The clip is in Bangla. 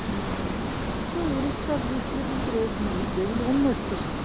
মানে সে উড়িষ্যার ডিস্ট্রিক্টের ভিতরে ঢুকবে কিন্তু অন্য স্টেশন